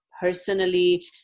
personally